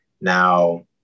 Now